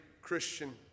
Christian